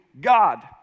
God